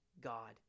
God